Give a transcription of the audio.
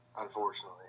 unfortunately